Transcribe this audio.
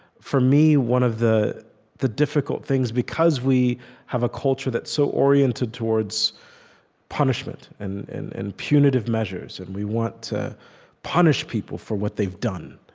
for me, one of the the difficult things, because we have a culture that's so oriented towards punishment and and and punitive measures, and we want to punish people for what they've done.